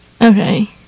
okay